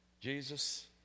Jesus